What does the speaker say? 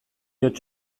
hots